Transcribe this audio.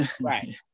Right